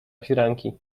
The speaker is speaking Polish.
firanki